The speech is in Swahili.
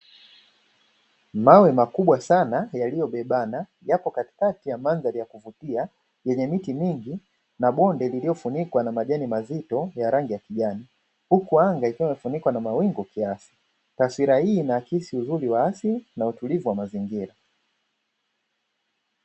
Mawe makubwa sana yaliyobebana yapo katikati ya mandhari ya kuvutia yenye miti mingi na bonde lililofunikwa na majani mazito ya rangi ya kijani, huku anga ikawa imefunikwa na mawingu kiasi taswira hii inahisi uzuri waasili na utulivu wa mazingira.